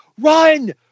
run